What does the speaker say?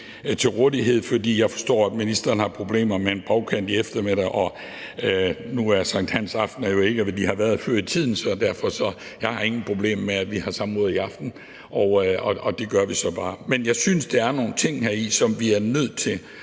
til rådighed, for jeg forstår, at ministeren har problemer med en bagkant i eftermiddag, og nu er sankthansaften jo ikke, hvad den har været før i tiden, så derfor har jeg ingen problemer med, at vi har samråd i aften. Og det gør vi så bare sådan. Men jeg synes, der er nogle ting heri, som vi er nødt til